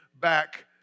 back